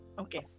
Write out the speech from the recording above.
Okay